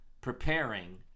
preparing